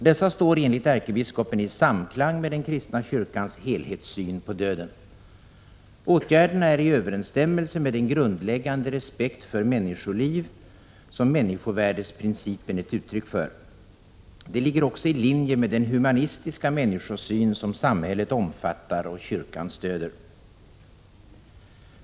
Dessa står enligt ärkebiskopen i samklang med den kristna kyrkans helhetssyn på döden. Åtgärderna är i överensstämmelse med den grundläggande respekt för människoliv som människovärdesprincipen är ett uttryck för. De ligger också i linje med den humanistiska människosyn som samhället omfattar och kyrkan stöder.